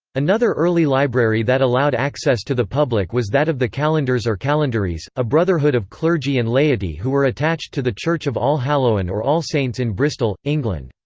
another early library that allowed access to the public was that of the kalendars or kalendaries, a brotherhood of clergy and laity who were attached to the church of all-hallowen or all saints in bristol, england.